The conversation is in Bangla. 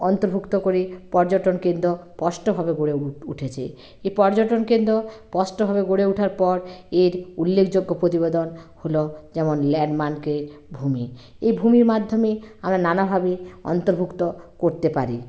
অন্তর্ভুক্ত করে পর্যটন কেন্দ্র স্পষ্টভাবে গড়ে উঠ উঠেছে এই পর্যটন কেন্দ্র স্পষ্টভাবে গড়ে উঠার পর এর উল্লেখযোগ্য প্রতিবেদন হলো যেমন ল্যান্ডমার্কের ভূমি এই ভূমির মাধ্যমে আমরা নানাভাবে অন্তর্ভুক্ত করতে পারি